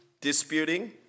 disputing